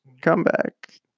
comeback